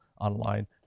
online